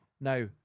Now